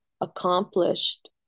accomplished